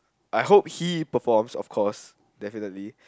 I hope he performs of course definitely